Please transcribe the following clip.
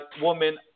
woman